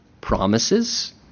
promises